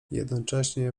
jednocześnie